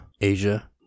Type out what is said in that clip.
Asia